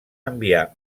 enviar